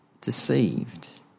deceived